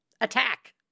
attack